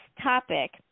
topic